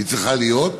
היא צריכה להיות,